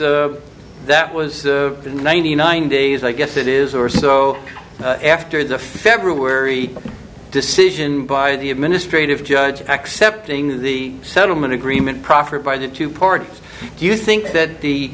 because that was in the ninety nine days i guess it is or so after the february decision by the administrative judge accepting the settlement agreement proffered by the two parties do you think that the